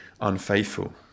unfaithful